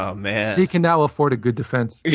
ah man. he can now afford a good defense.